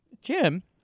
Jim